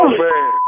man